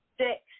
six